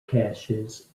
caches